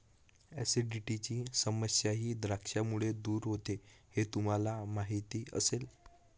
ऍसिडिटीची समस्याही द्राक्षांमुळे दूर होते हे तुम्हाला माहिती असेल